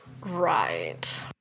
Right